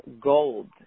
gold